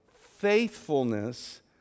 faithfulness